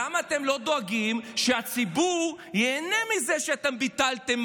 למה אתם לא דואגים שהציבור ייהנה מזה שאתם ביטלתם